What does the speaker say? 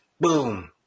Boom